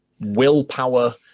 willpower